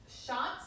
shots